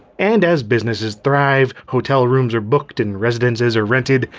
and as businesses thrive, hotel rooms are booked, and residences are rented,